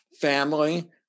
family